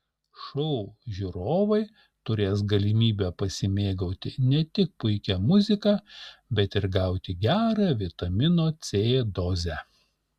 šou žiūrovai turės galimybę pasimėgauti ne tik puikia muzika bet ir gauti gerą vitamino c dozę